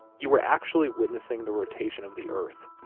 you were actually witnessing the rotation of the earth.